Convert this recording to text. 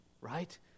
right